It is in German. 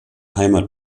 heimat